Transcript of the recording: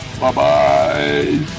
Bye-bye